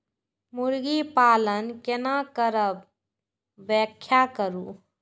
मुर्गी पालन केना करब व्याख्या करु?